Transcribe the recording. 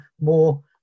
more